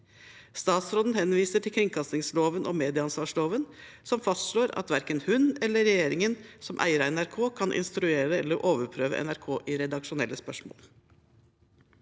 Statsråden henviser til kringkastingsloven og medieansvarsloven som fastslår at verken hun eller regjeringen som eier av NRK kan instruere eller overprøve NRK i redaksjonelle spørsmål.